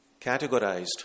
categorized